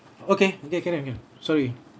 okay okay can can can sorry